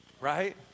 Right